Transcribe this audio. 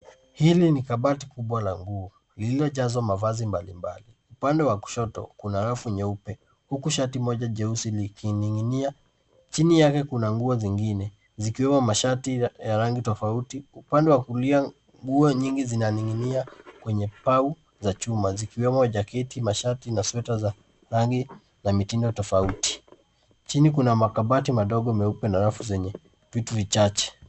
Hili ni kabati kubwa la nguo lililojazwa mavazi mbalimbali. Upande wa kushoto kuna rafu nyeupe huku shati moja jeusi likinig'inia. Chini yake kuna nguo zingine zikiwemo mashati ya rangi tofauti. Upande wa kulia nguo nyingi zinaning'inia kwenye pau za chuma zikiwemo jaketi, mashati na sweta za rangi na mitindo tofauti. Chini kuna makabati madogo meupe na rafu zenye vitu vichache.